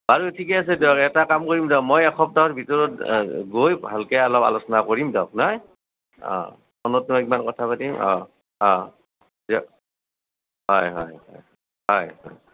বাৰু ঠিকে আছে দিয়ক এটা কাম কৰিম দিয়ক মই এসপ্তাহৰ ভিতৰত গৈ ভালকৈ অলপ আলোচনা কৰিম দিয়ক নই অঁ ফোনতো এক বাৰ কথা পাতিম অঁ অঁ দিয়ক হয় হয় হয় হয় হয়